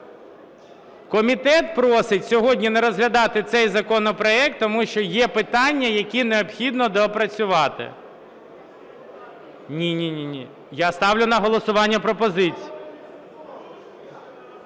Комітет просить сьогодні не розглядати цей законопроект, тому що є питання, які необхідно доопрацювати. Ні-ні, я ставлю на голосування пропозицію.